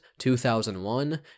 2001